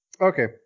Okay